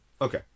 Okay